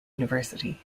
university